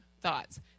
thoughts